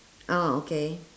oh okay